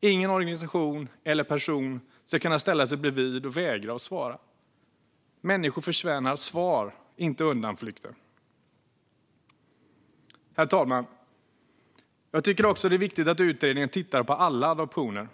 Ingen organisation eller person ska kunna ställa sig bredvid och vägra svara. Människor förtjänar svar - inte undanflykter. Herr talman! Jag tycker också att det är viktigt att utredningen tittar på alla adoptioner.